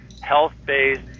health-based